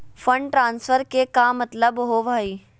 Fund transfer के का मतलब होव हई?